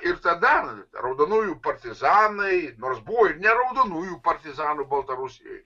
ir tada raudonųjų partizanai nors buvo ne raudonųjų partizanų baltarusijoj